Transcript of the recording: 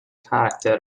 character